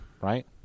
right